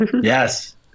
Yes